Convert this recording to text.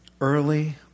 early